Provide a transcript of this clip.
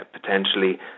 potentially